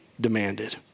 demanded